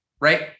right